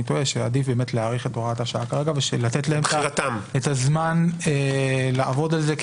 שעדיף באמת להאריך את הוראת השעה כרגע ולתת להם את הזמן לעבוד על זה.